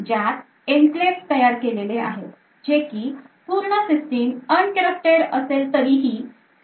ज्यात Enclaves तयार केलेले आहेत जे की पूर्ण सिस्टीम अनत्रस्तेड असेल तरीही sensitive code रन करतात